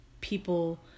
people